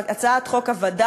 הצעת החוק הזו לא עומדת לבד.